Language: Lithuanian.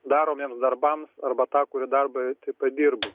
daromiems darbams arba tą kurį darbą tai pat dirbu